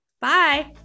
Bye